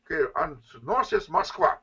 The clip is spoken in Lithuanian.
kai ant nosies maskva